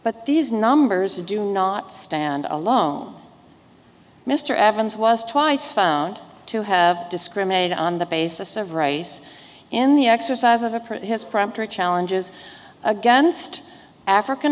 but these numbers do not stand alone mr adams was twice found to have discriminate on the basis of race in the exercise of a pretty as prompter challenges against african